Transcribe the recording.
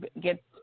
get